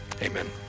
amen